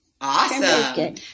Awesome